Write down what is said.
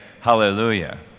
hallelujah